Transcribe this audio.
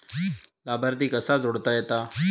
लाभार्थी कसा जोडता येता?